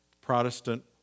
Protestant